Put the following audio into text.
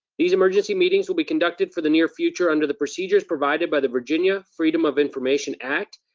these emergency meetings will be conducted, for the near future, under the procedures provided by the virginia freedom of information act,